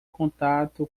contato